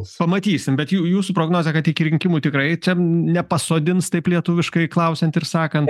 pamatysim bet jau jūsų prognozė kad iki rinkimų tikrai čia nepasodins taip lietuviškai klausiant ir sakant